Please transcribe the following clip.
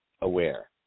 aware